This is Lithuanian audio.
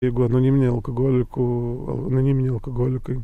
jeigu anoniminiai alkogolikų anoniminiai alkogolikai